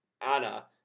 Anna